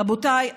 רבותיי,